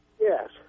Yes